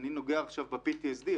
אני נוגע עכשיו ב-PTSD,